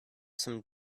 some